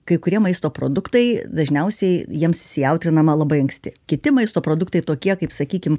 kai kurie maisto produktai dažniausiai jiems įsijautrinama labai anksti kiti maisto produktai tokie kaip sakykim